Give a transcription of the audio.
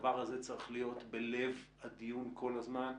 הדבר הזה צריך להיות בלב הדיון כל הזמן.